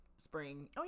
Spring